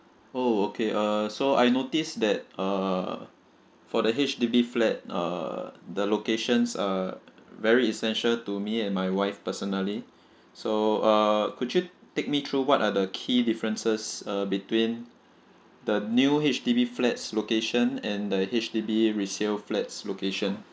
oh okay err so I notice that uh for the H_D_B flat uh the locations are very essential to me and my wife personally so uh could you take me through what are the key differences uh between the new H_D_B flats location and the H_D_B resale flats location